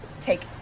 Take